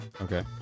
Okay